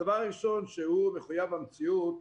הדבר הראשון שהוא מחויב המציאות,